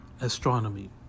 astronomy